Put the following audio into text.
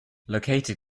located